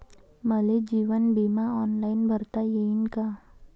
मले जीवन बिमा ऑनलाईन भरता येईन का?